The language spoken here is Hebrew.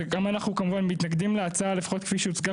גם אנחנו כמובן מתנגדים להצעה לפחות כפי שהוצגה